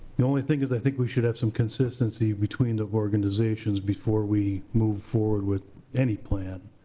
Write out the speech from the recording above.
the only thing is, i think we should have some consistency between the organizations before we move forward with any plan.